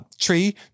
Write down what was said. tree